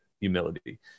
humility